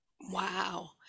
wow